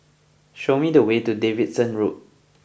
show me the way to Davidson Road